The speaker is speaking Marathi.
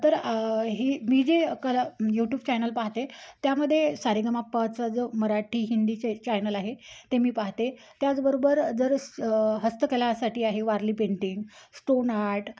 तर ही मी जे कला यूट्यूब चॅनल पाहाते त्यामध्ये सारेगमपचं जो मराठी हिंदीचे चॅनल आहे ते मी पाहाते त्याचबरोबर जर हस्तकलासाठी आहे वारली पेंटिंग स्टोन आर्ट